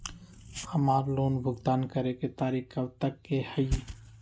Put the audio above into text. हमार लोन भुगतान करे के तारीख कब तक के हई?